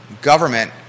Government